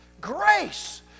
Grace